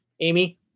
Amy